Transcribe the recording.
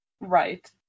Right